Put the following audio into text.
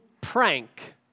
prank